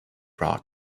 rock